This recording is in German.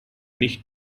nicht